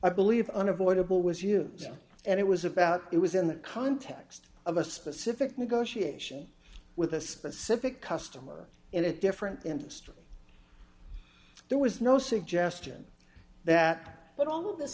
i believe unavoidable was used and it was about it was in the context of a specific negotiation with a specific customer in a different industry there was no suggestion that but all of this